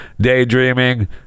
daydreaming